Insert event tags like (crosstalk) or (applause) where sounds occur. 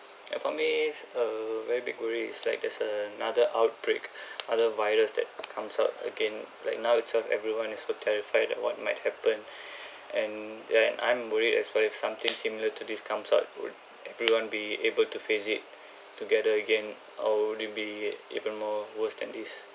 and for me is a very big worry is like there's another outbreak (breath) other virus that comes out again like now itself everyone is so terrified at what might happen (breath) and ya and I'm worried as well if something similar to this comes out would everyone be able to face it (breath) together again or would it be even more worse than this